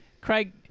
Craig